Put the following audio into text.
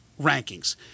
rankings